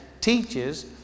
teaches